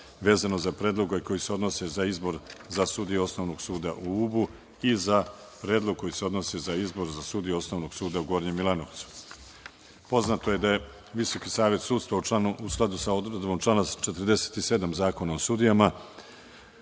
vezano za predloge koji se odnose za izbor za sudije Osnovnog suda u Ubu i za predlog koji se odnosi za izbor za sudije Osnovnog suda u Gornjem Milanovcu. Poznato je da je Visoki savet sudstva u skladu sa odredbom člana 47. Zakona o sudijama,